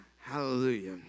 Hallelujah